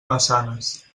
massanes